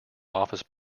office